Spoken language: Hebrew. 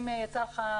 אם יצא לך,